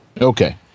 Okay